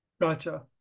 Gotcha